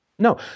No